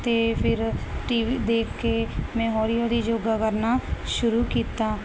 ਅਤੇ ਫਿਰ ਟੀਵੀ ਦੇਖ ਕੇ ਮੈਂ ਹੌਲੀ ਹੌਲੀ ਯੋਗਾ ਕਰਨਾ ਸ਼ੁਰੂ ਕੀਤਾ